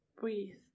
breathe